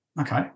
okay